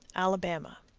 alabama.